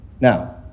now